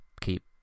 keep